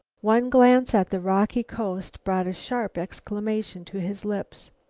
one glance at the rocky coast brought a sharp exclamation to his lips.